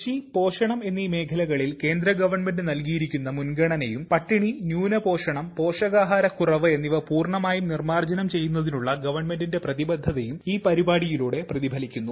കൃഷി പോഷണം എന്നീ മേഖലകളിൽ കേന്ദ്ര ഗവൺമെന്റ് നൽകിയിരിക്കുന്ന മുൻഗണനയും പട്ടിണി ന്യൂന പോഷണം പോഷകാഹാരക്കുറവ് ക്ട്രൂന്നിവ പൂർണമായും നിർമ്മാർജനം ചെയ്യുന്നതിന്റുള്ളൂർ ഗവൺമെന്റിന്റെ പ്രതിബദ്ധതയും ഈ പരിപാട്ടിയിലൂടെ പ്രതിഫലിക്കുന്നു